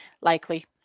Likely